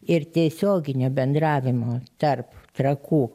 ir tiesioginio bendravimo tarp trakų